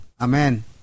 Amen